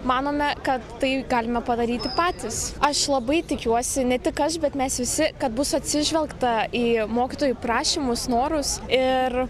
manome kad tai galime padaryti patys aš labai tikiuosi ne tik aš bet mes visi kad bus atsižvelgta į mokytojų prašymus norus ir